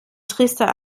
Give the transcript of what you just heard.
trister